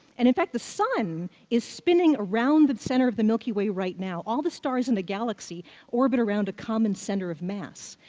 and in fact, the sun is spinning around the center of the milky way right now. all the stars in the galaxy orbit around a common center of mass.